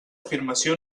afirmació